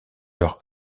leur